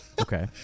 Okay